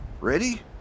Ready